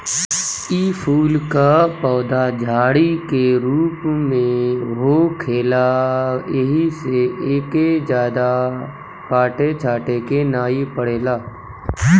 इ फूल कअ पौधा झाड़ी के रूप में होखेला एही से एके जादा काटे छाटे के नाइ पड़ेला